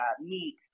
meat